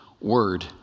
word